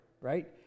right